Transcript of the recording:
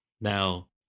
Now